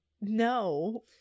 no